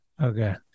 Okay